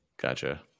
Gotcha